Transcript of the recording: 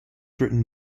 written